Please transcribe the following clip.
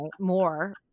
more